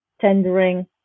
tendering